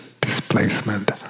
displacement